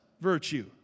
virtue